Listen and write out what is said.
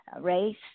race